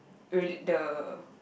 relate the